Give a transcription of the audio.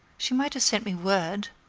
she might have sent me word.